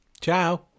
Ciao